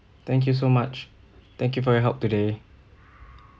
thank you so much thank you for your help today